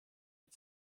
mit